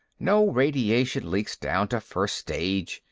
no radiation leaks down to first stage.